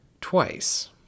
twice